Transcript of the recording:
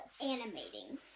animating